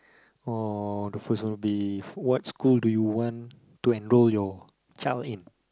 or the first one would be what school do you want to enroll your child in